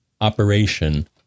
operation